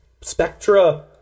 spectra